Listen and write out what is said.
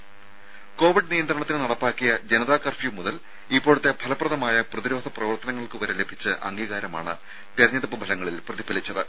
രുര കോവിഡ് നിയന്ത്രണത്തിന് നടപ്പാക്കിയ ജനതാ കർഫ്യൂ മുതൽ ഇപ്പോഴത്തെ പ്രവർത്തനങ്ങൾക്കുവരെ ലഭിച്ച അംഗീകാരമാണ് തെരഞ്ഞെടുപ്പ് ഫലങ്ങളിൽ പ്രതിഫലിച്ചത്